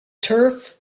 turf